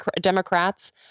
Democrats